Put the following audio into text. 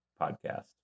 podcast